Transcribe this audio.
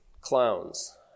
Clowns